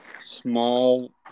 Small